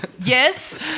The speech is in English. yes